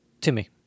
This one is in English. Timmy